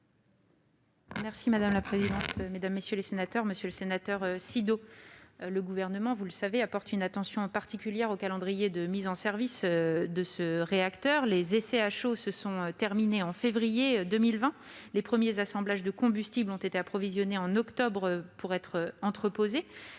? La parole est à Mme la secrétaire d'État. Monsieur le sénateur Sido, le Gouvernement porte une attention particulière au calendrier de mise en service de ce réacteur. Les essais à chaud se sont terminés en février 2020. Les premiers assemblages de combustible ont été approvisionnés en octobre pour être entreposés,